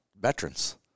Veterans